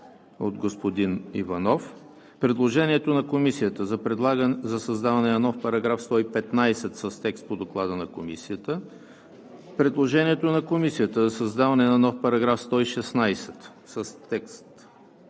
от господин Иванов; предложението на Комисията за създаване на нов § 115 с текст по Доклада на Комисията; предложението на Комисията за създаване на нов § 116 с текст